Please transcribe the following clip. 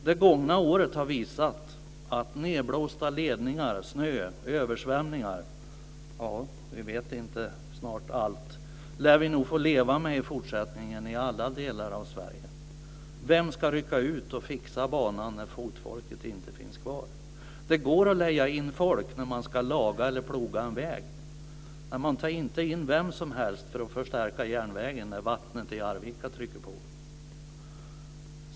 Det gångna året har visat att vi nog lär få leva med nedblåsta ledningar, snö, översvämningar och jag vet inte allt i alla delar av Sverige. Vem ska rycka ut och fixa banan när fotfolket inte finns kvar. Det går att leja in folk när man ska laga eller ploga en väg, men man tar inte in vem som helst för att förstärka järnvägen när vattnet i Arvika trycker på.